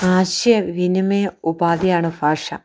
ആശയ വിനിമയ ഉപാധിയാണ് ഭാഷ